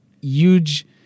huge